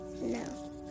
No